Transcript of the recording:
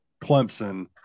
Clemson